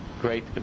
great